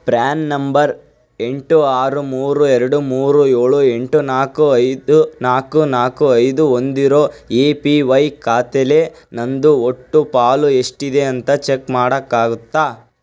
PRAN number ಎಂಟು ಆರು ಮೂರು ಎರಡು ಮೂರು ಏಳು ಎಂಟು ನಾಲ್ಕು ಐದು ನಾಲ್ಕು ನಾಲ್ಕು ಐದು ಹೊಂದಿರೋ ಎ ಪಿ ವೈ ಖಾತೆಲಿ ನನ್ನದು ಒಟ್ಟು ಪಾಲು ಎಷ್ಟಿದೆ ಅಂತ ಚೆಕ್ ಮಾಡೋಕ್ಕಾಗುತ್ತಾ